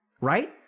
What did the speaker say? Right